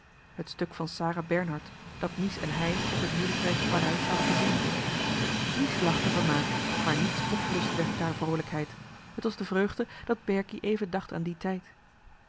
het stuk van sarah bernhardt dat mies en hij op hun huwelijksreis te parijs hadden gezien mies lachte vermaakt maar niet spotlust wekte haar vroolijkheid het was de vreugde dat berkie dacht aan dien tijd